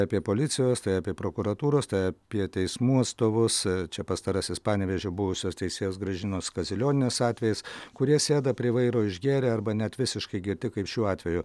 apie policijos tai apie prokuratūros tai apie teismų atstovus čia pastarasis panevėžio buvusios teisėjos gražinos kazilionienės atvejis kurie sėda prie vairo išgėrę arba net visiškai girti kaip šiuo atveju